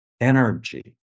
energy